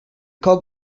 cobb